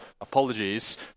apologies